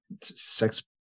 sex